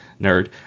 nerd